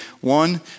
One